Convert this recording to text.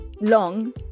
long